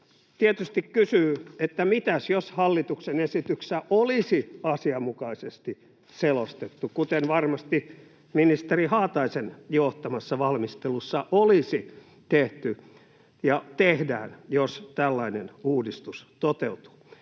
Tietysti kysyy, että mitäs jos hallituksen esityksessä olisi asianmukaisesti selostettu, kuten varmasti ministeri Haataisen johtamassa valmistelussa olisi tehty ja tehdään, jos tällainen uudistus toteutuu.